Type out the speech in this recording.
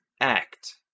act